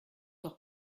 doch